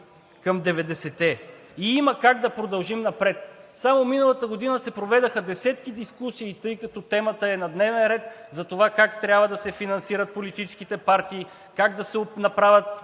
към 90-те и има как да продължим напред. Само миналата година се проведоха десетки дискусии, тъй като темата е на дневен ред за това как трябва да се финансират политическите партии, как да се направят